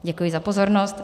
Děkuji za pozornost.